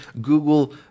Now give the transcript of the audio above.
google